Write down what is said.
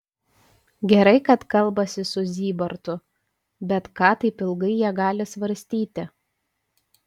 gerai kad kalbasi su zybartu bet ką taip ilgai jie gali svarstyti